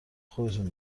خودتون